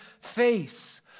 face